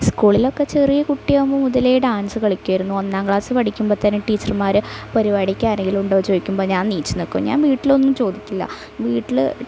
സ്കൂളിലൊക്കെ ചെറിയ കുട്ടിയാവുമ്പോള് മുതലെ ഡാൻസ് കളിക്കുമായിരുന്നു ഒന്നാം ക്ലാസ് പഠിക്കുമ്പോള്ത്തന്നെ ടീച്ചർമാര് പരിപാടിക്ക് ആരെങ്കിലുമുണ്ടോ എന്ന് ചോദിക്കുമ്പോള് ഞാൻ നീച്ച് നില്ക്കും ഞാൻ വീട്ടിലൊന്നും ചോദിക്കില്ല വീട്ടില്